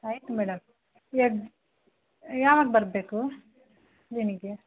ಆಯಿತು ಮೇಡಮ್ ಇದು ಯಾವಾಗ ಬರಬೇಕು ಕ್ಲಿನಿಕ್ಕಿಗೆ